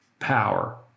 power